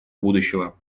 будущего